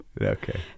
Okay